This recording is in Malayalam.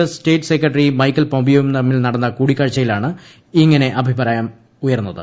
എസ് സ്റ്റേറ്റ് സെക്രട്ടറി മൈക്കൽ പോംപിയോയും തമ്മിൽ നടന്ന കൂടിക്കാഴ്ചയിലാണ് ഇങ്ങനെ അഭിപ്രായമുയർന്നത്